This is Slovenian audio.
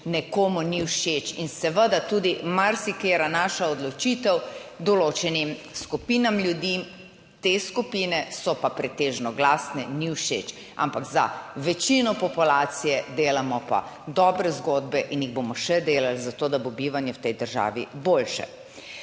nekomu ni všeč in seveda tudi marsikatera naša odločitev določenim skupinam ljudi, te skupine so pa pretežno glasne, ni všeč. Ampak za večino populacije delamo pa dobre zgodbe in jih bomo še delali za to, da bo bivanje v tej državi boljše.